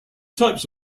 types